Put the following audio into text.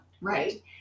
Right